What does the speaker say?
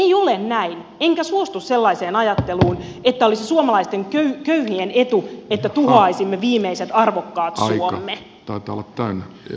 ei ole näin enkä suostu sellaiseen ajatteluun että olisi suomalaisten köyhien etu että tuhoaisimme viimeiset arvokkaat suomme